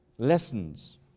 lessons